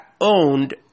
owned